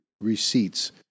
receipts